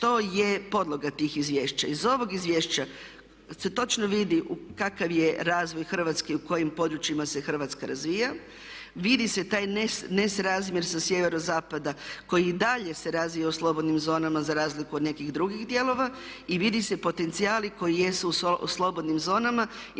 što je podloga tih izvješća. Iz ovog izvješća se točno vidi kakav je razvoj Hrvatske i u kojim područjima se Hrvatska razvija. Vidi se taj nesrazmjer sa sjeverozapada koji i dalje se razvija u slobodnim zonama za razliku od nekih drugih dijelova i vide se potencijali koji jesu u slobodnim zonama